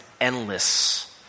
endless